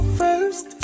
first